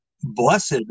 blessed